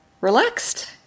relaxed